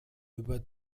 über